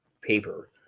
paper